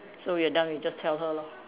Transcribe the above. so we are done we just tell her lor